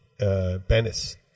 Bennis